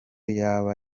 yaba